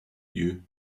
you